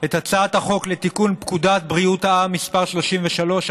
את הצעת החוק לתיקון פקודת בריאות העם (מס' 33),